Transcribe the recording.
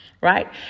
right